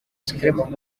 script